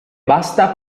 basta